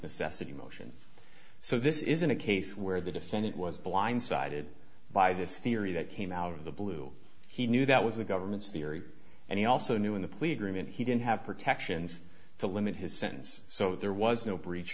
necessity motion so this isn't a case where the defendant was blindsided by this theory that came out of the blue he knew that was the government's theory and he also knew in the plea agreement he didn't have protections to limit his sentence so there was no breach